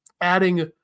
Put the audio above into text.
adding